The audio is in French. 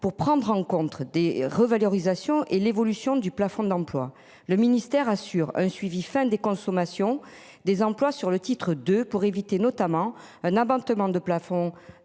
pour prendre rencontrent des revalorisations et l'évolution du plafond d'emplois. Le ministère assure un suivi enfin des consommations des emplois sur le titre de pour éviter notamment un abattement de plafond